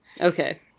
Okay